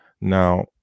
Now